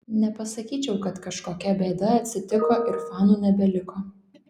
nepasakyčiau kad kažkokia bėda atsitiko ir fanų nebeliko